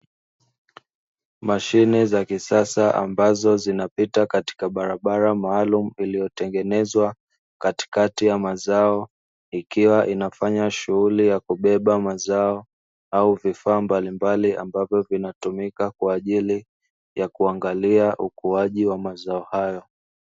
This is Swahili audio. Mashine za kisasa ambazo zinapiata katika barabara maalumu iliyotengenezwa katikati ya mazao, ikiwa inafanya shughuli ya kubeba mazao au vifaa mbalimbali ambavyo vinatumika kwa ajili ya kuangalia ukuaji wa mazao hayo.